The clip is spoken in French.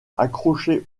accrochée